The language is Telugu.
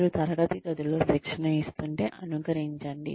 మీరు తరగతి గదిలో శిక్షణ ఇస్తుంటే అనుకరించండి